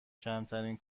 کمترین